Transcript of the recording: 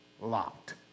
locked